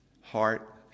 heart